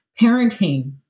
Parenting